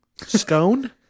Stone